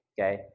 okay